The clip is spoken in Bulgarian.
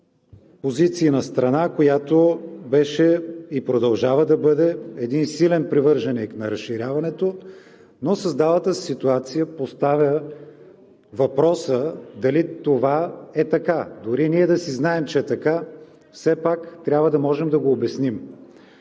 позиции на страна, която беше и продължава да бъде един силен привърженик на разширяването, но създалата се ситуация поставя въпроса дали това е така? Дори ние да си знаем, че е така, все пак трябва да можем да го обясним.